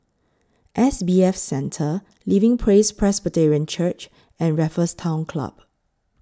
S B F Center Living Praise Presbyterian Church and Raffles Town Club